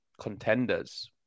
Contenders